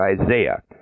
Isaiah